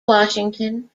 washington